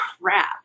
crap